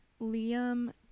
Liam